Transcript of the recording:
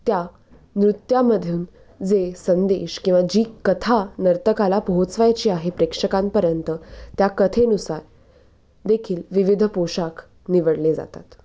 त्या नृत्यामधून जे संदेश किंवा जी कथा नर्तकाला पोहोचवायची आहे प्रेक्षकांपर्यंत त्या कथेनुसार देखील विविध पोशाख निवडले जातात